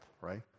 right